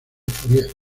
fourier